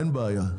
אין בעיה.